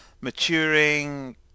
maturing